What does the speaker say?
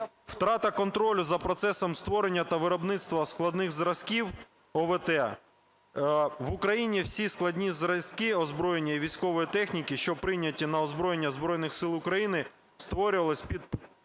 Втрата контролю за процесом створення та виробництва складних зразків ОВТ. В Україні всі складні зразки озброєння і військової техніки, що прийняті на озброєння Збройних Сил України, створювались під